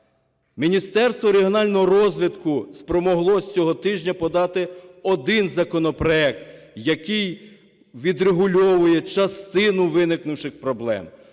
Міністерство регіонального розвитку спромоглося цього тижня подати один законопроект, який відрегульовує частину виникнувших проблем.